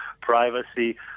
privacy